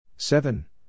Seven